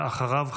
ואחריו,